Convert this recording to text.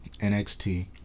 NXT